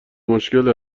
مشکل